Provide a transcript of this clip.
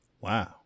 Wow